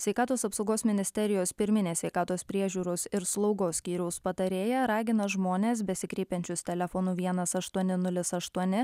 sveikatos apsaugos ministerijos pirminės sveikatos priežiūros ir slaugos skyriaus patarėja ragina žmones besikreipiančius telefonu vienas aštuoni nulis aštuoni